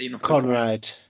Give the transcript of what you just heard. Conrad